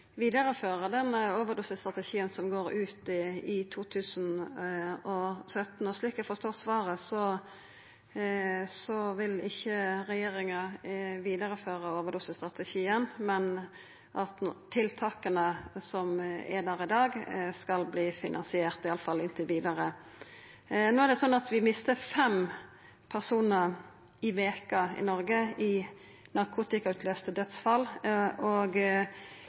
som går ut i 2017. Slik eg forstår svaret, vil regjeringa ikkje føra vidare overdosestrategien, men tiltaka som er der i dag, skal verta finansierte, iallfall inntil vidare. Vi mistar fem personar i veka i Noreg i narkotikautløyste dødsfall.